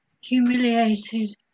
humiliated